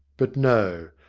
but no,